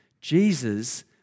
Jesus